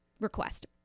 request